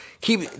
Keep